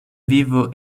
vivo